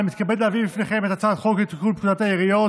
אני מתכבד להביא בפניכם את הצעת חוק לתיקון פקודת העיריות